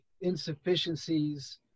insufficiencies